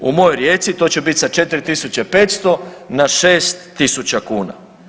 U mojoj Rijeci to će biti sa 4500 na 6000 kuna.